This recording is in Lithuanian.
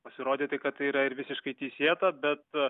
pasirodyti kad tai yra ir visiškai teisėta bet